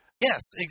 Yes